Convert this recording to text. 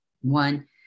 one